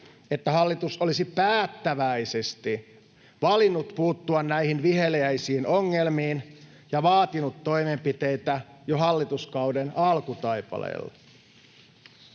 että hallitus olisi päättäväisesti valinnut puuttua näihin viheliäisiin ongelmiin ja vaatinut toimenpiteitä jo hallituskauden alkutaipaleella.